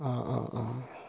অঁ অঁ অঁ